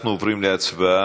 אנחנו עוברים להצבעה.